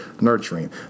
nurturing